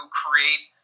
create